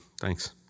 Thanks